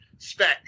Spec